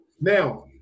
Now